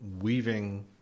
weaving